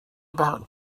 about